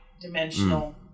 dimensional